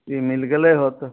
ई मिलि गेलै होतै